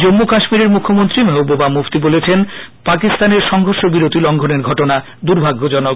জম্মু কাশ্মীরের মুখ্যমন্ত্রী মেহবুবা মুফতি বলেছেন পাকিস্তানের সংঘর্ষ বিরতি লঙ্ঘনের ঘটনা দুর্ভাগ্যজনক